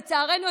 לצערנו,